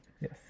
Yes